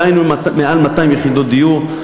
דהיינו מעל 200 יחידות דיור.